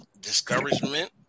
discouragement